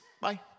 bye